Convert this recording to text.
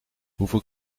hoeveel